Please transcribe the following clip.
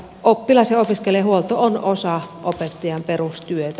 oppilas ja opiskelijahuolto on osa opettajan perustyötä